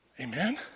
Amen